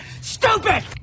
stupid